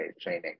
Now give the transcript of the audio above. training